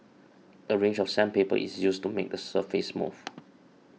a range of sandpaper is used to make the surface smooth